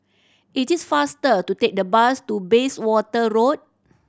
it is faster to take the bus to Bayswater Road